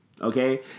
okay